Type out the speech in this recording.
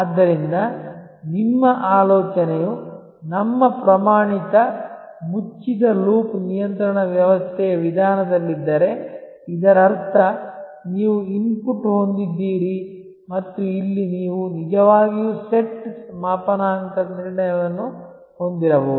ಆದ್ದರಿಂದ ನಿಮ್ಮ ಆಲೋಚನೆಯು ನಮ್ಮ ಪ್ರಮಾಣಿತ ಮುಚ್ಚಿದ ಲೂಪ್ ನಿಯಂತ್ರಣ ವ್ಯವಸ್ಥೆಯ ವಿಧಾನದಲ್ಲಿದ್ದರೆ ಇದರರ್ಥ ನೀವು ಇನ್ಪುಟ್ ಹೊಂದಿದ್ದೀರಿ ಮತ್ತು ಇಲ್ಲಿ ನೀವು ನಿಜವಾಗಿಯೂ ಸೆಟ್ ಮಾಪನಾಂಕ ನಿರ್ಣಯವನ್ನು ಹೊಂದಿರಬಹುದು